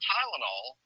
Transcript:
Tylenol